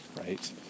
right